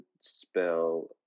spell